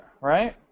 right